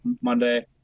monday